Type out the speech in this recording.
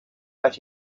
but